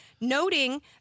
noting